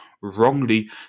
wrongly